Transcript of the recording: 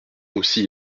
aussi